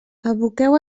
aboqueu